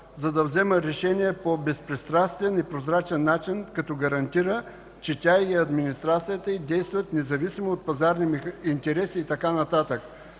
за да взема решения по безпристрастен и прозрачен начин, като гарантира, че тя и администрацията й действат независимо от пазарни интереси и така нататък?